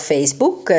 Facebook